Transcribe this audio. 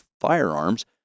firearms